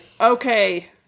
okay